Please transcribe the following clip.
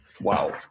Wow